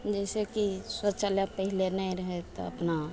जैसे कि शौचालय पहिले नहि रहय तऽ अपना